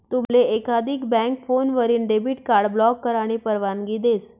तुमले एकाधिक बँक फोनवरीन डेबिट कार्ड ब्लॉक करानी परवानगी देस